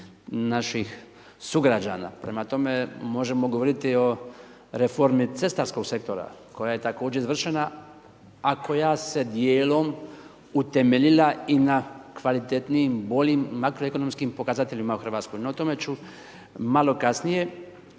naših sugrađana. Prema tome, možemo govoriti o reformi cestarskog sektora koja je također izvršena a koja se dijelom utemeljila i na kvalitetnijim, boljim, makroekonomskim pokazateljima u Hrvatskoj. No o tome ću malo kasnije.